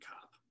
cop